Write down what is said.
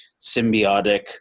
symbiotic